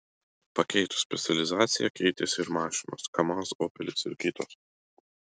pakeitus specializaciją keitėsi ir mašinos kamaz opelis ir kitos